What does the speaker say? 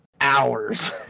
hours